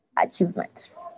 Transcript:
achievements